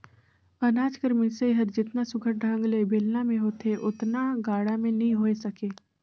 अनाज कर मिसई हर जेतना सुग्घर ढंग ले बेलना मे होथे ओतना गाड़ा मे नी होए सके